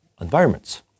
environments